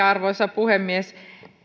arvoisa puhemies